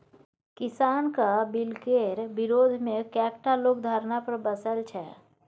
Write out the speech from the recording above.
किसानक बिलकेर विरोधमे कैकटा लोग धरना पर बैसल छै